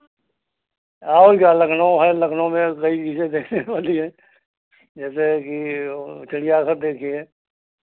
और क्या लखनऊ है लखनऊ में कई चीज़ें देखने वाली हैं जैसे कि वो चिड़ियाघर देखिए